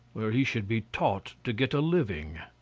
where he should be taught to get a living.